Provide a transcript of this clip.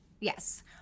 yes